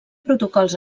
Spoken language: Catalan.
protocols